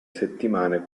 settimane